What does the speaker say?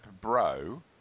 Bro